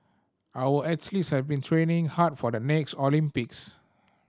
our athletes have been training hard for the next Olympics